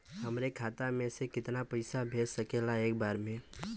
हमरे खाता में से कितना पईसा भेज सकेला एक बार में?